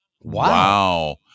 Wow